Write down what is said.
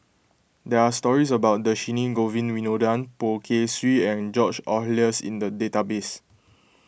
there are stories about Dhershini Govin Winodan Poh Kay Swee and George Oehlers in the database